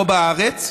כמו בארץ,